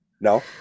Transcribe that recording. No